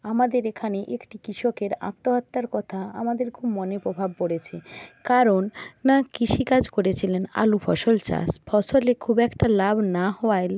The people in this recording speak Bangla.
আমাদের এখানে একটি কৃষকের আত্মহত্যার কথায় আমাদের খুব মনে প্রভাব পড়েছে কারণ না কৃষিকাজ করেছিলেন আলু ফসল চাষ ফসলে খুব একটা লাভ না হওয়ায়